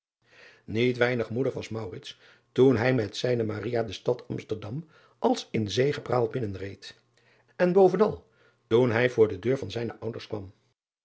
iet weinig moedig was toen hij met zijne de stad msterdam als in zegepraal binnenreed en bovenal toen hij voor de deur van zijne ouders kwam